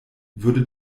würde